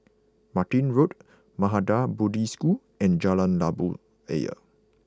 Martin Road Maha Bodhi School and Jalan Labu Ayer